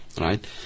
Right